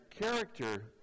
character